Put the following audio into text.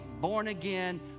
born-again